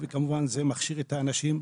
וכמובן זה מכשיר את האנשים,